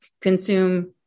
consume